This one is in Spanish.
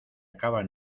acaba